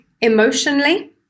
emotionally